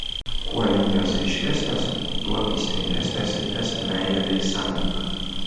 kuo linijos ryškesnės tuo aistringesnė ir stipresnė meilė bei sąjunga